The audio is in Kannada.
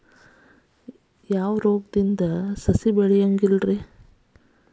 ಸಸಿ ಬೆಳೆಯದಂತ ತಡಿಯೋ ವ್ಯಾಧಿ ಯಾವುದು ರಿ?